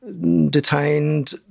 detained